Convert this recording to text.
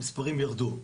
המספרים ירדו,